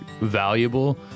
valuable